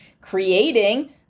creating